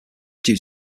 due